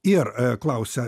ir klausė